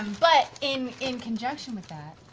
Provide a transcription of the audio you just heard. but in in conjunction with that,